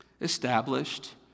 established